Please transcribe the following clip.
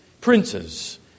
princes